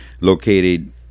located